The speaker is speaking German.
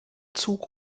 zug